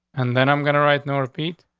and then i'm gonna write no, repeat.